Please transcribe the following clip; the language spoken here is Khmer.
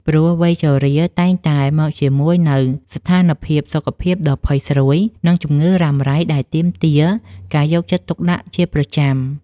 ព្រោះវ័យជរាតែងតែមកជាមួយនូវស្ថានភាពសុខភាពដ៏ផុយស្រួយ និងជំងឺរ៉ាំរ៉ៃដែលទាមទារការយកចិត្តទុកដាក់ជាប្រចាំ។